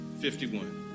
51